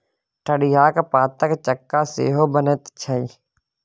ठढियाक पातक चक्का सेहो बनैत छै